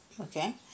okay